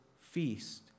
feast